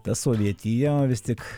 tas orietyjo vis tik